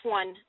one